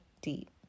deep